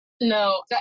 No